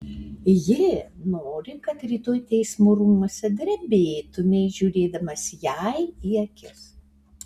ji nori kad rytoj teismo rūmuose drebėtumei žiūrėdamas jai į akis